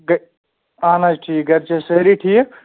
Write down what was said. گَ اہَن حظ ٹھیٖک گَرِ چھَ حظ سٲری ٹھیٖک